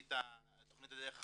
תכנית הדרך החדשה,